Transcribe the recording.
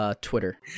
Twitter